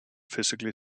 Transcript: physically